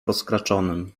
rozkraczonym